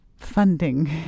Funding